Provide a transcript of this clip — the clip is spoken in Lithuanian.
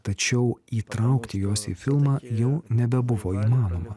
tačiau įtraukti jos į filmą jau nebebuvo įmanoma